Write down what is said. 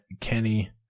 Kenny